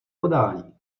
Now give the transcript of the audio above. podání